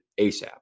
ASAP